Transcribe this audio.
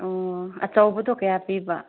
ꯑꯣ ꯑꯆꯧꯕꯗꯣ ꯀꯌꯥ ꯄꯤꯕ